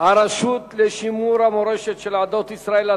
הרשות לשימור המורשת של עדות ישראל,